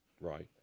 Right